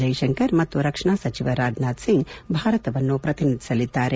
ಜ್ವೆಶಂಕರ್ ಮತ್ತು ರಕ್ಷಣಾ ಸಚಿವ ರಾಜನಾಥ್ ಸಿಂಗ್ ಭಾರತವನ್ನು ಪ್ರತಿನಿಧಿಸಲಿದ್ದಾರೆ